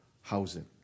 housing